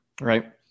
right